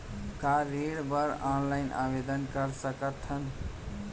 का ऋण बर ऑनलाइन आवेदन कर सकथन?